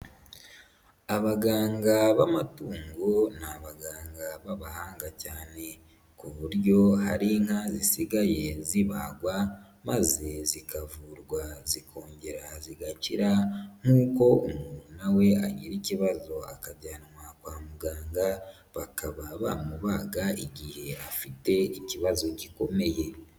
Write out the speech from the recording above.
Abaganga b'amatungo, ni abaganga b'abahanga cyane ku buryo hari inka zisigaye zibagwa maze zikavurwa zikongera zigakira nk'uko umuntu na we agira ikibazo akajyanwa kwa muganga bakaba bamubaga igihe afite ikibazo gikomeye.